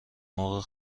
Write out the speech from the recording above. مرغ